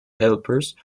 helpers